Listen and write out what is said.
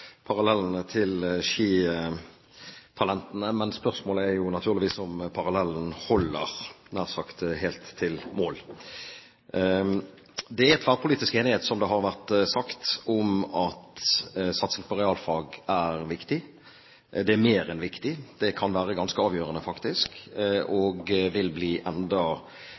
parallellene til skitalentene, men spørsmålet er om parallellene holder nær sagt helt til mål. Det er tverrpolitisk enighet, som det har vært sagt, om at satsing på realfag er viktig. Det er mer enn viktig. Det kan være ganske avgjørende, faktisk, og vil bli enda